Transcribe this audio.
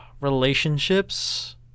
relationships